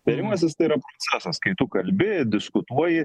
tarimasis tai yra procesas kai tu kalbi diskutuoji